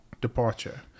departure